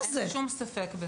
אין שום ספק בזה,